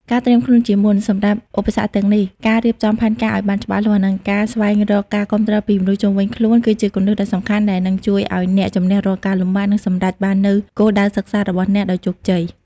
ការត្រៀមខ្លួនជាមុនសម្រាប់ឧបសគ្គទាំងនេះ ការរៀបចំផែនការឱ្យបានច្បាស់លាស់ និងការស្វែងរកការគាំទ្រពីមនុស្សជុំវិញខ្លួន គឺជាគន្លឹះដ៏សំខាន់ដែលនឹងជួយឱ្យអ្នកជម្នះរាល់ការលំបាក និងសម្រេចបាននូវគោលដៅសិក្សារបស់អ្នកដោយជោគជ័យ។